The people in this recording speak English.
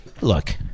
Look